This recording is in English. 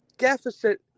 deficit